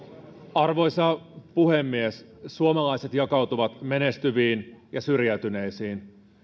arvoisa puhemies suomalaiset jakautuvat menestyviin ja syrjäytyneisiin